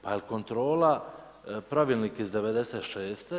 Pa jel kontrola pravilnik iz '96.